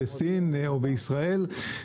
בסין או בישראל.